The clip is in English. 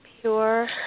pure